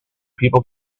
people